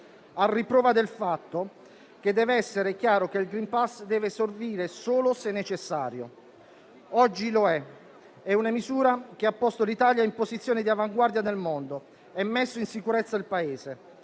a riprova del fatto che deve essere chiaro che il *green pass* deve servire solo se necessario. Oggi lo è: è una misura che ha posto l'Italia in posizione di avanguardia nel mondo e messo in sicurezza il Paese.